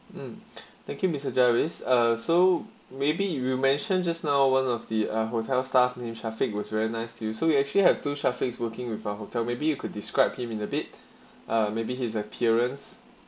mm thank you mister jairis ah so maybe you mentioned just now one of the ah hotel staff name shafiq was very nice to you so you actually have to suffix working with our hotel maybe you could describe him in a bit uh maybe his appearance